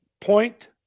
Point